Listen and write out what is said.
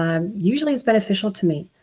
um usually it's beneficial to me.